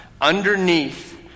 underneath